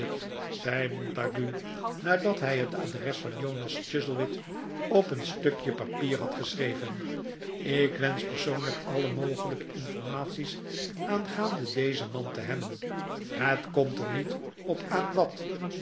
zei montague nadat hij het adres van jonas chuzzlewit op een stukje papier had geschreven ik wensch persoonlijk alle mogelijke informaties aangaande dezen man te hebben het komt er niet op aan wat